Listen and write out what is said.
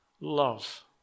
love